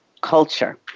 Culture